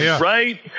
Right